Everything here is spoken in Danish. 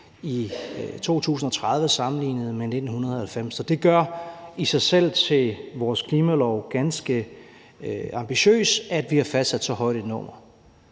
i 2030 sammenlignet med 1990, og det gør i sig selv vores klimalov ganske ambitiøs, at vi har fastsat så højt et nummer.